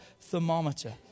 thermometer